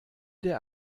der